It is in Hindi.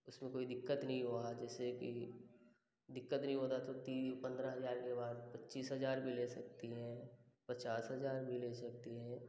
उसमें कोई दिक्कत नहीं हुआ जैसे कि दिक्कत नहीं होता तो तीन पंद्रह हजार के बाद पच्चीस हजार भी ले सकती हैं पचास हजार भी ले सकती हैं